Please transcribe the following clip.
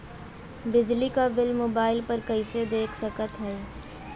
बिजली क bill mobile पर कईसे देख सकत हई?